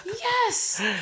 yes